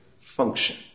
function